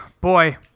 boy